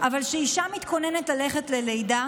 אבל כשאישה מתכוננת ללכת ללידה